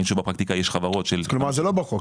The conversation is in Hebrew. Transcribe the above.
שוב בפרקטיקה יש חברות -- כלומר זה לא בחוק?